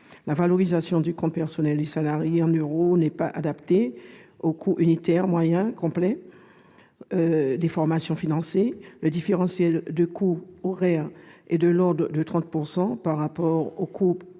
La valorisation du compte personnel du salarié en euros n'est pas adaptée aux coûts unitaires moyens complets des formations financées. Le différentiel de coût horaire est de l'ordre de 30 % par rapport aux coûts